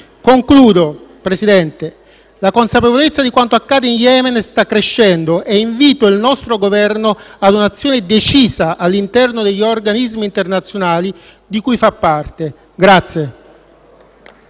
Concludo, Presidente, la consapevolezza di quanto accade in Yemen sta crescendo e invito il nostro Governo ad un'azione decisa all'interno degli organismi internazionali di cui fa parte.